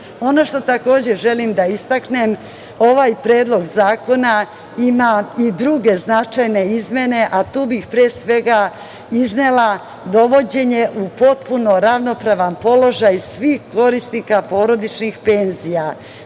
što takođe želim da istaknem, ovaj Predlog zakona ima i druge značajne izmene, a tu bih, pre svega, iznela dovođenje u potpuno ravnopravan položaj svih korisnika porodičnih penzija. Naime,